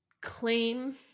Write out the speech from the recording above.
claim